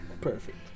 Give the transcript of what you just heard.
Perfect